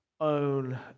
own